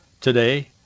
today